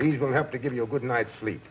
he's going to have to give you a good night's sleep